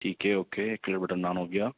ٹھیک ہے اوکے ایک کلو بٹر نان ہو گیا